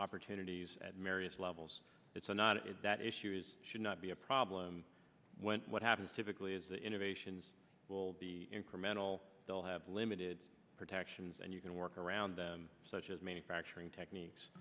opportunities at marius levels it's not it should not be a problem when what happens typically is the innovations will be incremental they'll have limited protections and you can work around such as manufacturing techniques